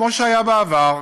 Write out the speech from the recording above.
כמו שהיה בעבר,